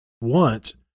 want